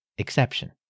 exception